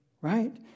right